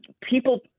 people